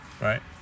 right